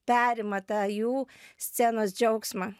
perima tą jų scenos džiaugsmą